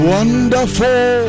Wonderful